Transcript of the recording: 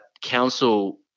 council